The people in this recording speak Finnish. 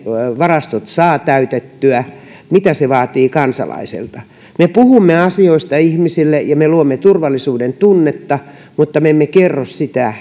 varastot saa täytettyä mitä se vaatii kansalaiselta me puhumme asioista ihmisille ja me luomme turvallisuudentunnetta mutta me emme kerro sitä